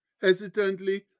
Hesitantly